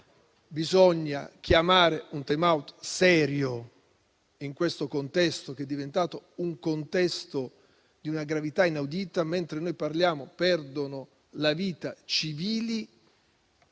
bisogna chiamare un *timeout* serio in questo contesto, che è diventato di una gravità inaudita; mentre noi parliamo, perdono la vita civili